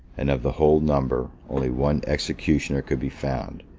and of the whole number, only one executioner could be found,